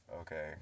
Okay